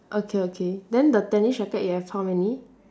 okay okay then the tennis racket you have how many